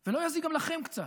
זה לא יזיק גם לכם קצת,